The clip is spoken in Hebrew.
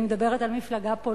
אני מדברת על מחאה פוליטית.